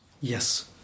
Yes